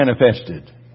manifested